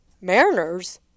Mariners